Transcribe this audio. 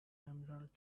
emerald